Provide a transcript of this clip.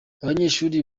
abanyeshuri